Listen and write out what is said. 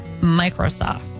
Microsoft